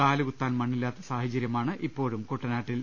കാലുകുത്താൻ മണ്ണില്ലാത്ത സാഹചര്യമാണ് ഇപ്പോഴും കുട്ടനാട്ടിൽ